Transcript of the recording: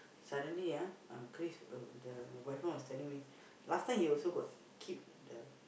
suddenly ah uh Chris uh the boyfriend was telling me last time he also got keep the